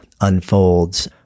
unfolds